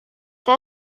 aku